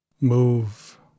move